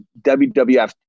WWF